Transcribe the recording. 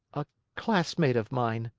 a classmate of mine.